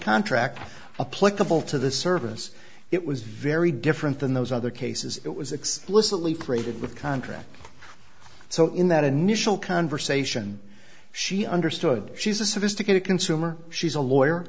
couple to the service it was very different than those other cases it was explicitly freighted with contract so in that initial conversation she understood she's a sophisticated consumer she's a lawyer